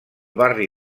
barri